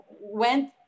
went